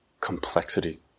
complexity